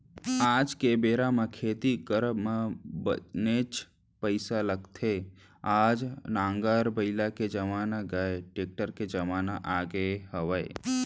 आज के बेरा म खेती करब म बनेच पइसा लगथे आज नांगर बइला के जमाना गय टेक्टर के जमाना आगे हवय